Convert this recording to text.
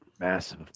Massive